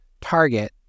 target